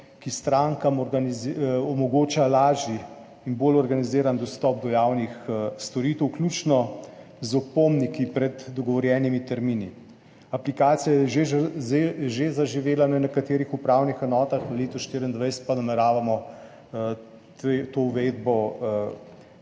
ki strankam omogoča lažji in bolj organiziran dostop do javnih storitev, vključno z opomniki pred dogovorjenimi termini. Aplikacija je že zaživela na nekaterih upravnih enotah, v letu 2024 pa nameravamo to uvedbo